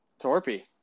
torpy